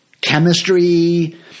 chemistry